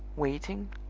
waiting,